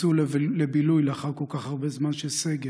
הם יצאו לבילוי לאחר כל כך הרבה זמן של סגר,